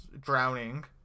drowning